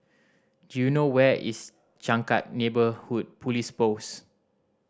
do you know where is Changkat Neighbourhood Police Post